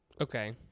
Okay